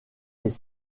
les